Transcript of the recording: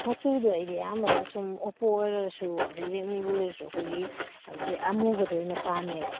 ꯃꯆꯨꯗꯣ ꯑꯩꯗꯤ ꯑꯌꯥꯝꯕꯅ ꯁꯨꯝ ꯑꯣꯞꯄꯣ ꯑꯣꯏꯔꯁꯨ ꯑꯗꯒꯤ ꯔꯦꯗꯃꯤꯕꯨ ꯑꯣꯏꯔꯁꯨ ꯑꯩꯈꯣꯏꯒꯤ ꯑꯃꯨꯕꯗ ꯑꯣꯏꯅ ꯄꯥꯝꯃꯦꯕ